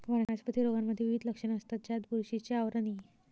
वनस्पती रोगांमध्ये विविध लक्षणे असतात, ज्यात बुरशीचे आवरण इ